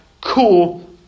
cool